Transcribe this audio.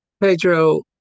Pedro